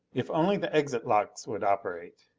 if only the exit locks would operate!